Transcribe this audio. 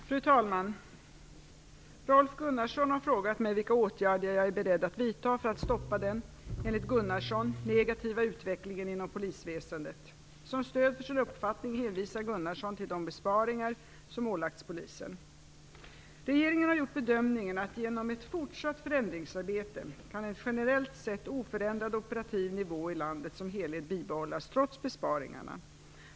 Fru talman! Rolf Gunnarsson har frågat mig vilka åtgärder jag är beredd att vidta för att stoppa den, enligt Gunnarsson, negativa utvecklingen inom polisväsendet. Som stöd för sin uppfattning hänvisar Gunnarsson till de besparingar som ålagts polisen. Regeringen har gjort bedömningen att genom ett fortsatt förändringsarbete kan en generellt sett oförändrad operativ nivå i landet som helhet bibehållas trots besparingarna.